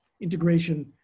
integration